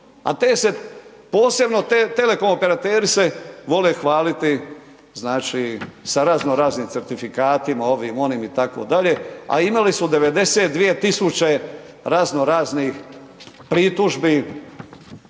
A te se, posebno telekom operateri se vole hvaliti znači sa razno raznim certifikatima, ovim onim, itd., a imali su 92 tisuće razno raznih pritužbi,